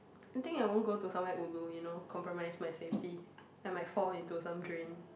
I think I won't go to somewhere ulu you know compromised my safety I might fall into some drain